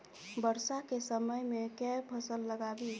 वर्षा केँ समय मे केँ फसल लगाबी?